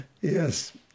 Yes